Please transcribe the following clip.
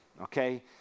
okay